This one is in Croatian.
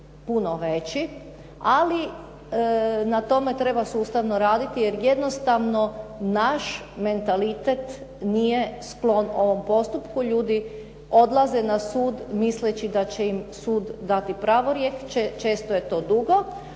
puno veći, ali na tome treba sustavno raditi jer jednostavno naš mentalitet nije sklon ovom postupku, ljudi odlaze na sud misleći da će im sud dati pravorijek, često je to dugo,